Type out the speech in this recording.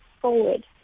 forward